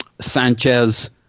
Sanchez